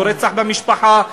היה רצח במשפחה,